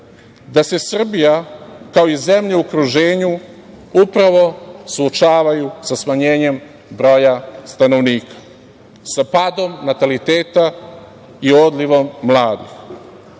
da se Srbija, kao i zemlje u okruženju upravo suočavaju sa smanjenjem broja stanovnika sa padom nataliteta i odlivom mladih.